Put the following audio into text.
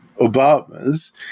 Obama's